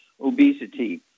obesity